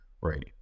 right